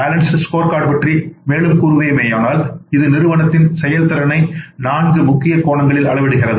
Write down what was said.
balanced score card பற்றி மேலும் கூறுவோமேயானால் இது ஒரு நிறுவனத்தின் செயல்திறனை நான்கு முக்கிய கோணங்களில் அளவிடுகிறது